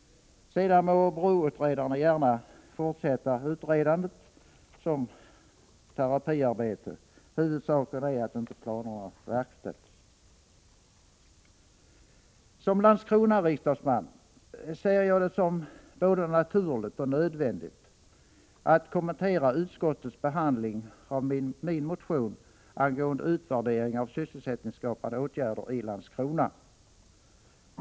Sedan må broutredarna gärna fortsätta utredandet som terapiarbete. Huvudsaken är att inte planerna verkställs. Som Landskronariksdagsman ser jag det som både naturligt och nödvändigt att kommentera utskottets behandling av min motion angående utvärde ring av sysselsättningsskapande åtgärder i Landskrona.